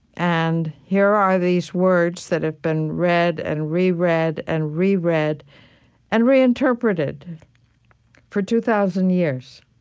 and here are these words that have been read and re-read and re-read and reinterpreted for two thousand years.